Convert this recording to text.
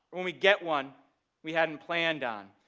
when we get one we hadn't planned on.